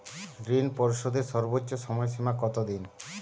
ঋণ পরিশোধের সর্বোচ্চ সময় সীমা কত দিন?